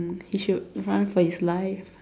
he should run for his life